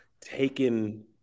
taken